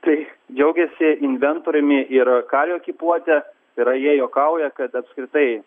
tai džiaugiasi inventoriumi ir kario ekipuote tai yra jie juokauja kad apskritai